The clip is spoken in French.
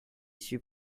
suis